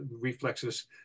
reflexes